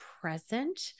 present